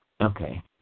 Okay